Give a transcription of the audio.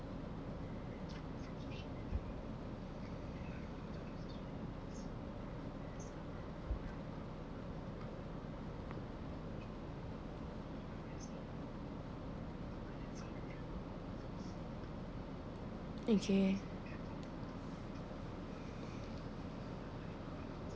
okay